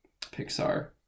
Pixar